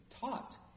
taught